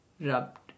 rubbed